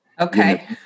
okay